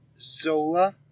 Zola